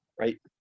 right